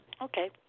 Okay